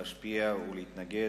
להשפיע ולהתנגד,